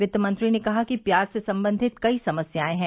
वित्तमंत्री ने कहा कि प्याज से संबंधित कई समस्याएं हैं